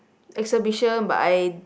exhibition but I